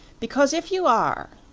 because if you are,